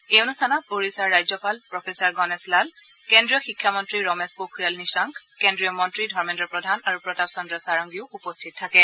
এই অনুষ্ঠানত ওড়িশাৰ ৰাজ্যপাল প্ৰফেছাৰ গণেশ লাল কেন্দ্ৰীয় শিক্ষামন্ত্ৰী ৰমেশ পোখীয়াল নিশাংক কেন্দ্ৰীয় মন্ত্ৰী ধৰ্মেল্ৰ প্ৰধান আৰু প্ৰতাপ চদ্ৰ সাৰংগীও উপস্থিত থাকে